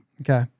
Okay